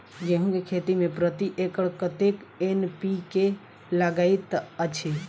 गेंहूँ केँ खेती मे प्रति एकड़ कतेक एन.पी.के लागैत अछि?